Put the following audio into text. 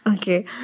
Okay